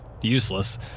useless